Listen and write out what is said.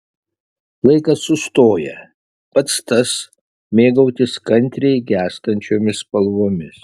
laikas sustoja pats tas mėgautis kantriai gęstančiomis spalvomis